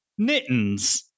Knittens